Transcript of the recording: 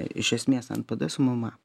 iš esmės npd su mma